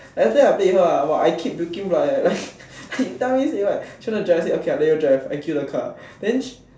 then after that I play with her ah !wah! I keep puking blood leh like she tell me say what she want to drive then I say okay let you drive I give you the car then she